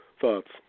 thoughts